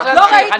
רק להמשיך,